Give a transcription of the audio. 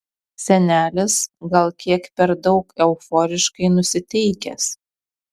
senelis gal kiek per daug euforiškai nusiteikęs